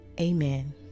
Amen